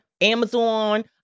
Amazon